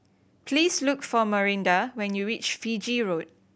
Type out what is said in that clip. please look for Marinda when you reach Fiji Road